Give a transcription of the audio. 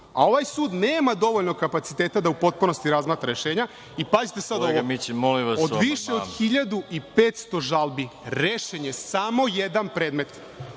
a ovaj sud nema dovoljno kapaciteta da u potpunosti razmatra rešenja, i pazite sad ovo – od više od 1.500 žalbi, rešen je samo jedan predmet.